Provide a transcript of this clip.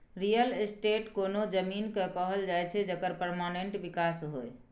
real estate कोनो जमीन केँ कहल जाइ छै जकर परमानेंट बिकास होइ